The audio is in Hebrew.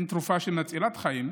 אין תרופה מצילת חיים,